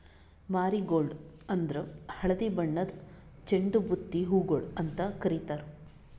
marigold ಅಂದುರ್ ಹಳದಿ ಬಣ್ಣದ್ ಚಂಡು ಬುತ್ತಿ ಹೂಗೊಳ್ ಅಂತ್ ಕಾರಿತಾರ್